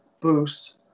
boost